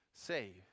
save